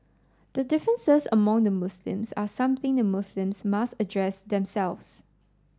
the differences among the Muslims are something the Muslims must address themselves